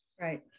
Right